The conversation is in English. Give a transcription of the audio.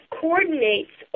coordinates